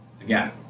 again